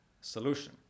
solution